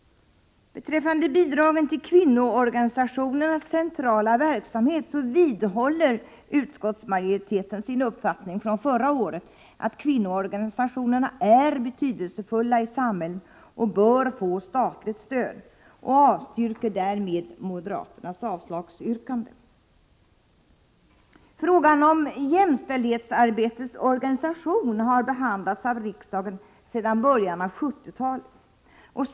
När det gäller bidragen till kvinnoorganisationernas centrala verksamhet vidhåller utskottsmajoriteten sin uppfattning från förra året att kvinnoorganisationerna är betydelsefulla i samhället och bör få statligt stöd. Utskottsmajoriteten avstyrker därför moderaternas avslagsyrkande. Frågan om jämställdhetsarbetets organisation har behandlats av riksdagen sedan början av 1970-talet.